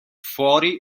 fuori